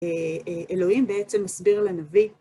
אלוהים בעצם מסביר לנביא.